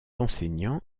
enseignant